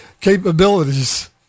capabilities